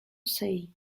say